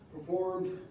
performed